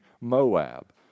Moab